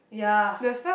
yeah